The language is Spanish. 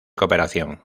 cooperación